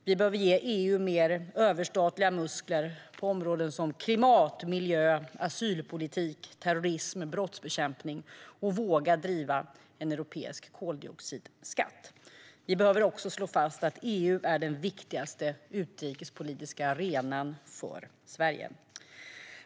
Vi behöver ge EU mer överstatliga muskler på områden som klimatpolitik, miljöpolitik, asylpolitik, terrorism och brottsbekämpning och våga driva frågan om en europeisk koldioxidskatt. Vi behöver också slå fast att EU är den viktigaste utrikespolitiska arenan för Sverige.